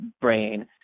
brain